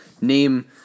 name